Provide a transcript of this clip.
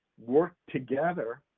work together,